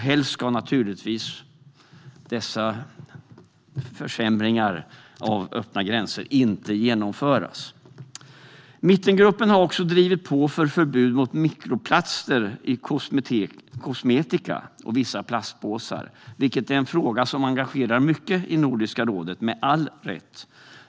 Helst ska naturligtvis dessa försämringar av öppna gränser inte genomföras. Mittengruppen har också drivit på för förbud mot mikroplaster i kosmetika och vissa plastpåsar. Det är en fråga som engagerar mycket i Nordiska rådet, med all rätt.